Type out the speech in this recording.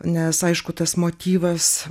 nes aišku tas motyvas